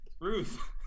Ruth